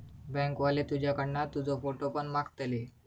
bank वाले तुझ्याकडना तुजो फोटो पण मागतले